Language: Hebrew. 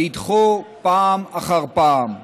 נדחו פעם אחר פעם.